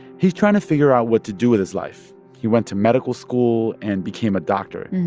he's trying to figure out what to do with his life. he went to medical school and became a doctor.